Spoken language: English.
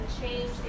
change